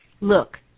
Look